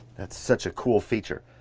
that's such a cool feature.